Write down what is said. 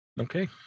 Okay